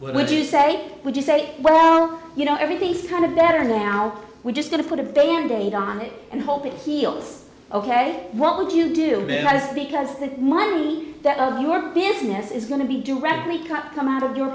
would you say would you say well you know everything's kind of better now we're just going to put a band aid on it and hope it heals ok what would you do best because the money that of your business is going to be directly come out of your